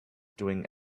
doing